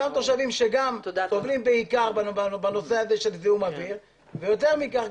אותם תושבים שסובלים בעיקר בנושא הזה של זיהום אוויר ויותר מכך,